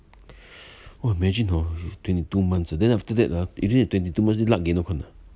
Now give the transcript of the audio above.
!wah! imagine hor if twenty two months uh then after even that twenty two months